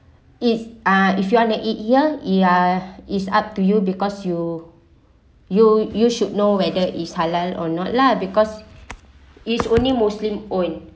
if uh if you want the eat here you're is up to you because you you you should know whether is halal or not lah because it's only muslim owned